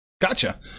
Gotcha